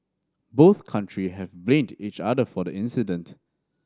both country have blamed each other for the incident